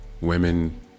Women